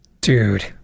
dude